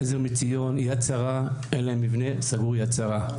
עזר מציון, יד שרה, אין להם מבנה, סגרו את יד שרה.